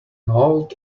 old